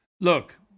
look